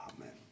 Amen